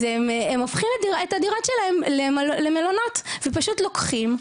אז הם הופכים את הדירות שלהם לבתי מלון ופשוט לוקחים,